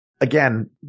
again